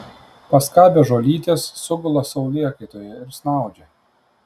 paskabę žolytės sugula saulėkaitoje ir snaudžia